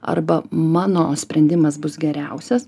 arba mano sprendimas bus geriausias